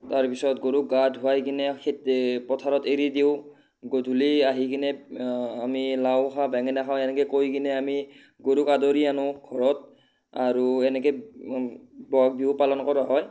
তাৰপিছত গৰুক গা ধুৱাই কিনে খে পথাৰত এৰি দিওঁ গধূলি আহি কিনে আমি লাও খাওঁ বেঙেনা খাওঁ এনেকৈ কৈ কিনে আমি গৰুক আদৰি আনো ঘৰত আৰু এনেকৈ বহাগ বিহু পালন কৰা হয়